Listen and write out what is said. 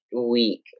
week